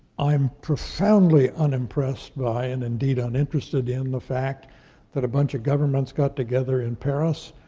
i'm profoundly unimpressed by, and indeed, uninterested in the fact that a bunch of governments got together in paris,